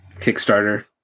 Kickstarter